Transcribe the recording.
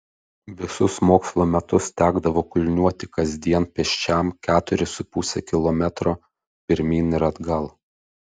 visus mokslo metus tekdavo kulniuoti kasdien pėsčiam keturis su puse kilometro pirmyn ir atgal